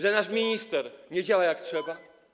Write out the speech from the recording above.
Że nasz minister nie działa, jak trzeba?